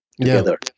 together